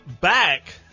Back